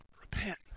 Repent